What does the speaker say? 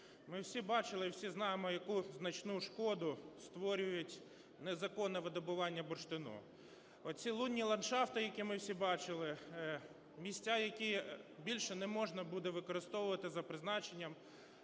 Ми всі бачили і всі знаємо, яку значну шкоду створюють незаконне видобування бурштину. Оці лунні ландшафти, які ми всі бачили, місця, які більше не можна буде використовувати за призначенням,